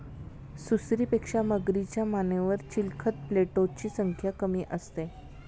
सुसरीपेक्षा मगरीच्या मानेवर चिलखत प्लेटोची संख्या कमी असते